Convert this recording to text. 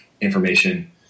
information